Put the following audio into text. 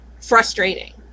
frustrating